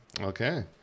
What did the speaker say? okay